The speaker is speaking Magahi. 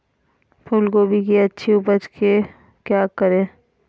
फूलगोभी की अच्छी उपज के क्या करे?